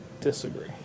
Disagree